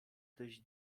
dość